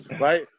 Right